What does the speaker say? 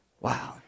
Wow